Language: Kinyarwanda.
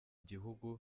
gihugu